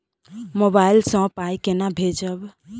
Mobile सँ पाई केना भेजब?